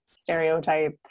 stereotype